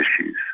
issues